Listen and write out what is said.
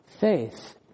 faith